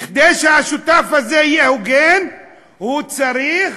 כדי שהשותף הזה יהיה הוגן הוא צריך